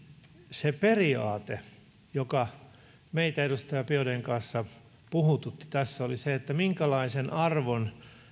se periaate joka meitä edustaja biaudetn kanssa puhututti tässä oli se minkälaisen arvon